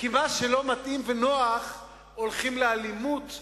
כי במה שלא מתאים ונוח הולכים לאלימות,